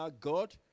God